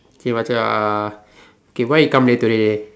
okay Macha uh okay why you come late today